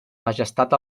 majestat